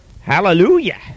Hallelujah